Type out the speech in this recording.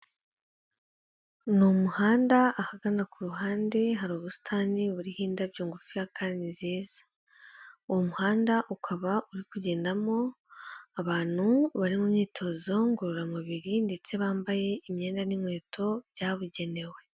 Ni umuhanda, ahagana ku ruhande hari ubusitani buriho indabyo ngufiya kandi nziza. Uwo muhanda ukaba uri kugendamo abantu bari mu myitozo ngororamubiri, ndetse bambaye imyenda n'inkweto byabugenewe.